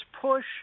push